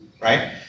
Right